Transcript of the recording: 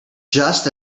just